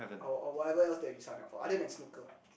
or or whatever else that you sign up for either than snooker